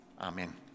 Amen